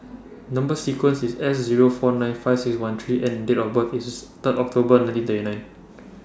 Number sequence IS S Zero four nine five six one three N and Date of birth IS Third October nineteen thirty nine